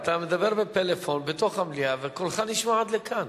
אבל אתה מדבר בפלאפון בתוך המליאה וקולך נשמע עד לכאן.